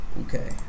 Okay